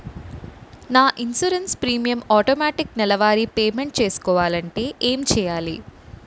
నా insurance premium automatic నెలవారి payment చేసుకోవాలంటే ఏంటి చేయాలి?